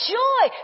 joy